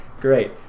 Great